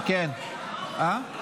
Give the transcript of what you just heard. הוא עולה.